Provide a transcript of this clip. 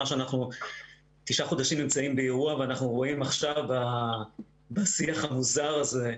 אנחנו תשעה חודשים נמצאים באירוע ואנחנו רואים עכשיו בשיח המוזר הזה,